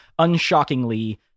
Unshockingly